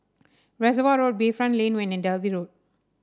Reservoir Road Bayfront Lane One and Dalvey Road